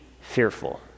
fearful